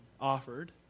offered